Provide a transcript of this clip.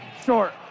Short